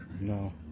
No